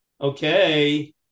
Okay